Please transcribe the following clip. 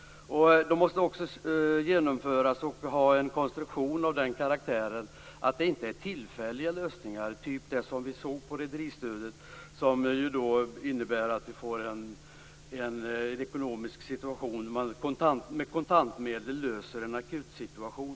De måste också genomföras och ha en konstruktion av den karaktären att lösningarna inte är tillfälliga i likhet med rederistödet, som innebär att man med kontantmedel löser en akutsituation.